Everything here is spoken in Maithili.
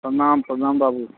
प्रणाम प्रणाम बाबू